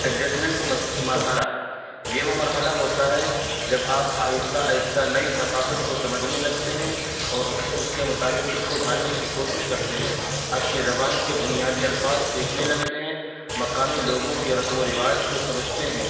adjustment مرحلہ یہ وہ مرحلہ ہوتا ہے جب آپ آہستہ آہستہ نئی ثقافت کو سمجھنے لگتے ہیں اور اس اس کے مطابق خود کو ڈھالنے کی کوشش کرتے ہیں آپ کی زبان کے بنیادی الفاظ سیکھنے لگتے ہیں مقامی لوگوں کے رسم و رواج کو سمجھتے ہیں